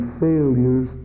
failures